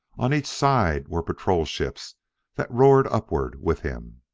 on each side were patrol-ships that roared upward with him.